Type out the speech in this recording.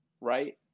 Right